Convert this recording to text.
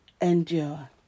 endure